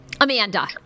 Amanda